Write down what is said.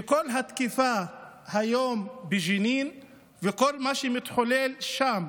שכל התקיפה היום בג'נין וכל מה שמתחולל שם,